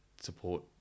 support